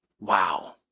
Wow